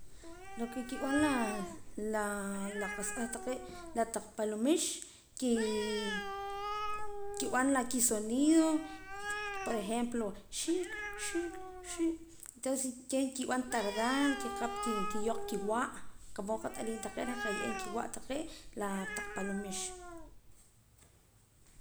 Lo que kib'an la la la qa'sa b'eh taqee' la taq paloomix que kib'an la kisonido por ejemplo xiik' xiik' xiik' tonces keh kib'an tardar kikaap kiyooq kiwa' qa mood qat'aliim taqee' reh kaye'eem kiwa' taqee' la taq paloomix.